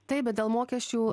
taip bet dėl mokesčių